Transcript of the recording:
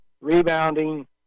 rebounding